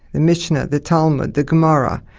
the mishnah, the talmud, the gemara.